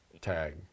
tag